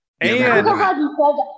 And-